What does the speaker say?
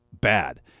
bad